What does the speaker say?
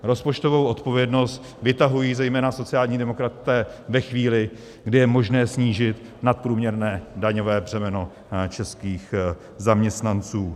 Rozpočtovou odpovědnost vytahují zejména sociální demokraté ve chvíli, kdy je možné snížit nadprůměrné daňové břemeno českých zaměstnanců.